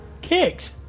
Kicked